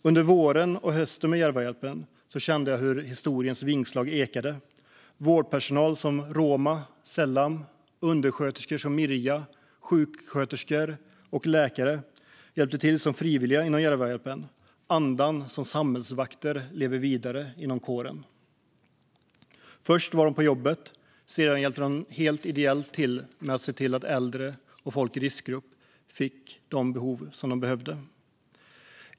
Under våren och hösten med Järvahjälpen kände jag hur historiens vingslag ekade. Vårdpersonal som Roma och Selam, undersköterskor som Mirja, sjuksköterskor och läkare hjälpte till som frivilliga inom Järvahjälpen. Andan som samhällsvakter lever vidare inom kåren. Först var de på jobbet. Sedan hjälpte de helt ideellt till med att se till att äldre och folk i riskgrupp fick hjälp med mat, medicin och andra behov.